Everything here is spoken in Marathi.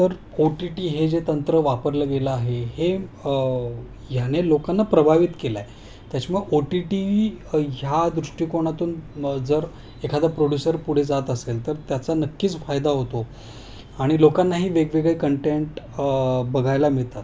तर ओ टी टी हे जे तंत्र वापरलं गेलं आहे हे ह्याने लोकांना प्रभावित केलं आहे त्याच्यामुळे ओ टी टी ह्या दृष्टिकोनातून जर एखादा प्रोड्युसर पुढे जात असेल तर त्याचा नक्कीच फायदा होतो आणि लोकांनाही वेगवेगळे कंटेंट बघायला मिळतात